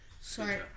Sorry